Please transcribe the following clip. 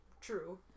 True